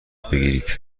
بگیرید